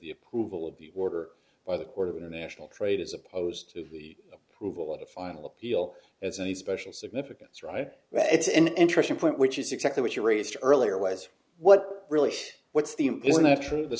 the approval of the order by the court of international trade as opposed to the approval of the final appeal as a special significance right right it's an interesting point which is exactly what you raised earlier was what really what's the